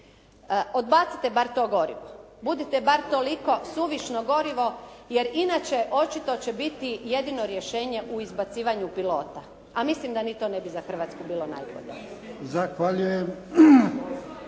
Odbacite bar to gorivo, budite bar toliko, suvišno gorivo, jer inače očito će biti jedino rješenje u izbacivanju pilota, a mislim da ni to ne bi za Hrvatsku bilo najbolje.